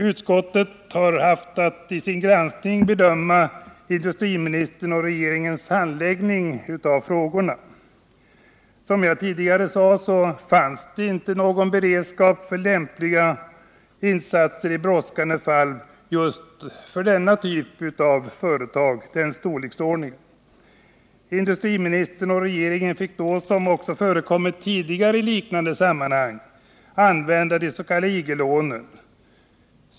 Utskottet har haft att i sin granskning bedöma industriministerns och regeringens handläggning av frågorna. Som jag tidigare sade fanns det inte någon beredskap för lämpliga insatser i brådskande fall just för denna typ av företag, i denna storleksordning. Industriministern och regeringen fick då, vilket också förekommit tidigare i liknande sammanhang, använda de s.k. IG-lånen.